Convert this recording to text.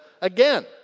again